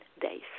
days